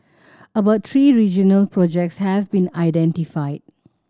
about three regional projects have been identified